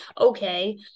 Okay